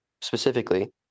Specifically